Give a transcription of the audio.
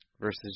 versus